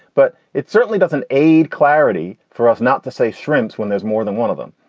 but it certainly doesn't aid clarity for us not to say shrimp's when there's more than one of them.